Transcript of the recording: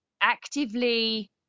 actively